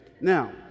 Now